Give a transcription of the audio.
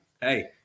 hey